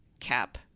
cap